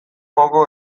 gogoko